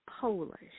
Polish